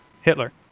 Hitler